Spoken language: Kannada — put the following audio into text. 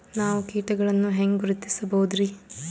ನಾವು ಕೀಟಗಳನ್ನು ಹೆಂಗ ಗುರುತಿಸಬೋದರಿ?